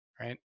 right